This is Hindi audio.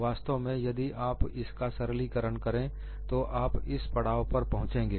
वास्तव में यदि आप इसका सरलीकरण करें तो आप इस पड़ाव पर पहुंचेंगे